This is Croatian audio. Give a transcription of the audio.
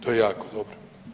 To je jako dobro.